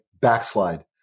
backslide